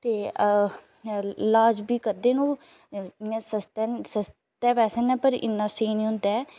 ते अ लाज बी करदे न ओह् इ'यां सस्ते सस्ते पैसे न पर इ'न्ना सेही निं होंदा ऐ